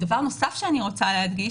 דבר נוסף שאני רוצה להדגיש